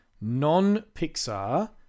non-Pixar